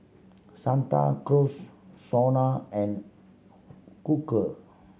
Santa Cruz SONA and Quaker